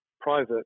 private